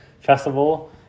festival